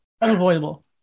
unavoidable